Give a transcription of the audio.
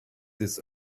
this